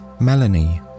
Melanie